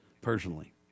personally